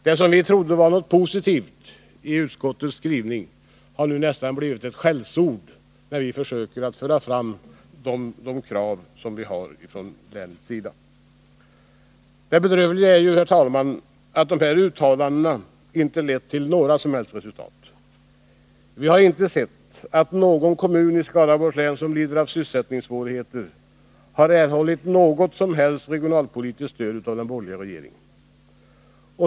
Det som vi trodde var något positivt i utskottets skrivning används nu nästan som ett skällsord när vi försöker föra fram länets krav. Det bedrövliga är, herr talman, att detta uttalande inte lett till några som helst resultat. Vi har inte sett att någon kommun som lider av sysselsättningssvårigheter i Skaraborgs län har erhållit något som helst regionalpolitiskt stöd av den borgerliga regeringen.